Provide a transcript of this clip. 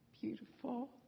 beautiful